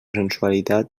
sensualitat